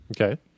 Okay